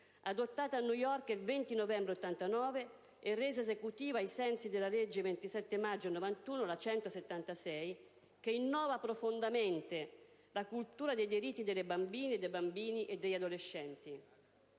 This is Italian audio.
adottata a New York il 20 novembre 1989 e resa esecutiva ai sensi della legge 27 maggio 1991, n. 176, che innova profondamente la cultura dei diritti delle bambine, dei bambini e degli adolescenti.